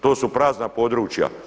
To su prazna područja.